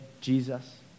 Jesus